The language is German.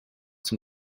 zum